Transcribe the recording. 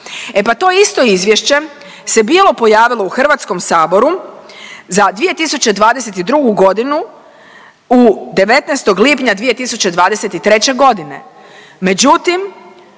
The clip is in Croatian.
E pa to isto izvješće se bilo pojavilo u Hrvatskom saboru za 2022. godinu u 19. lipnja 2023. godine,